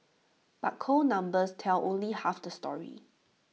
but cold numbers tell only half the story